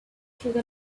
through